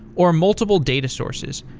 or multiple data sources.